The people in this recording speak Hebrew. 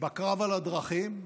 בקרב על הדרכים.